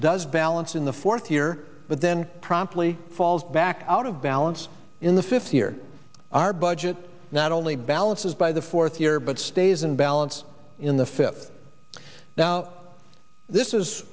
does balance in the fourth year but then promptly falls back out of balance in the fifth year our budget not only balances by the fourth year but stays in balance in the fip now this is